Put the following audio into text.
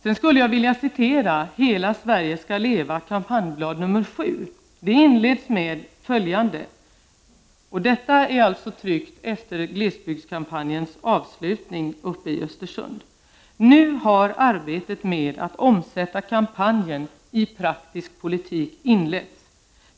Jag skulle vilja citera vad som sägs i kampanjbladet nr 7 i kampanjen ”Hela Sverige ska leva!” Kampanjbladet är tryckt efter glesbygdskampanjens avslutning uppe i Östersund, och det inleds: ”Nu har arbetet med att omsätta kampanjen i praktisk politik inletts!